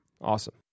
awesome